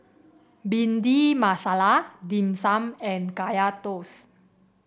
Bhindi Masala Dim Sum and Kaya Toast